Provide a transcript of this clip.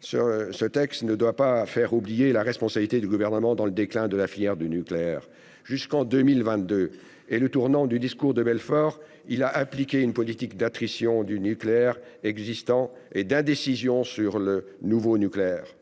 ce texte ne doit pas faire oublier la responsabilité du Gouvernement dans le déclin de la filière du nucléaire. Jusqu'en 2022 et le tournant du discours de Belfort, il a appliqué une politique d'attrition du nucléaire existant et d'indécision s'agissant du nouveau nucléaire.